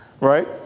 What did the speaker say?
Right